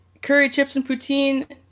currychipsandpoutine